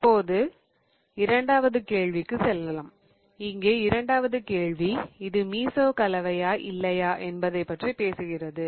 இப்போது இரண்டாவது கேள்விக்கு செல்லலாம் இங்கே இரண்டாவது கேள்வி இது மீசோ கலவையா இல்லையா என்பதைப் பற்றி பேசுகிறது